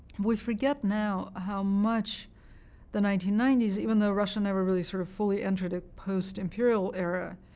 we forget now how much the nineteen ninety s, even though russia never really sort of fully entered a post-imperial era,